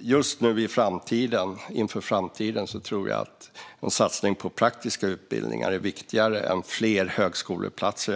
inför framtiden tror jag att en satsning på praktiska utbildningar är viktigare än fler högskoleplatser.